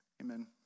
Amen